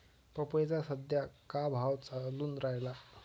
पपईचा सद्या का भाव चालून रायला?